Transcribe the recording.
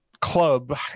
club